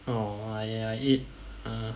err I I eat uh